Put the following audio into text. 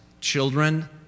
children